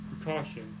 precaution